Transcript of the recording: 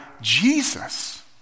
Jesus